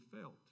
felt